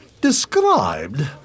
Described